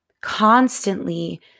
constantly